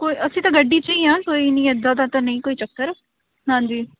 ਕੋਈ ਅਸੀਂ ਤਾਂ ਗੱਡੀ 'ਚ ਹੀ ਹਾਂ ਕੋਈ ਨਹੀਂ ਇੱਦਾਂ ਦਾ ਤਾਂ ਨਹੀਂ ਕੋਈ ਚੱਕਰ ਹਾਂਜੀ